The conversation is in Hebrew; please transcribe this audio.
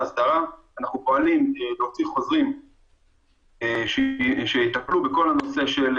אנחנו פועלים להוציא חוזרים שיטפלו בכל הנושא של